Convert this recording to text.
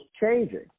changing